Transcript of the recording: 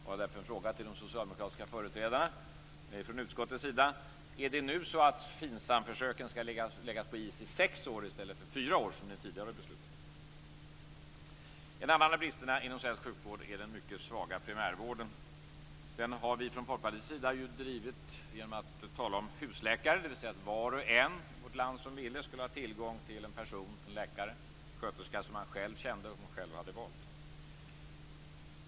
Jag har därför en fråga till de socialdemokratiska företrädarna i utskottet. Är det nu så att FINSAM försöken skall läggas på is i sex år i stället för fyra år som ni tidigare har beslutat om? En annan av bristerna inom svensk sjukvård är den mycket svaga primärvården. Den frågan har vi från Folkpartiets sida ju drivit genom att tala om husläkare. Med det menas att var och en i vårt land som vill det skall ha tillgång till en person - en läkare, en sköterska - som man själv känner och själv har valt.